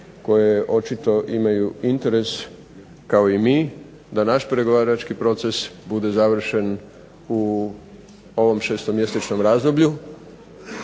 koje očito imaju interes kao i mi, da naš pregovarački proces bude završen u ovom šestomjesečnom razdoblju.